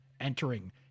entering